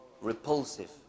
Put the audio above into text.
repulsive